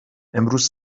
امروز